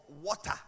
water